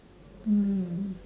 mm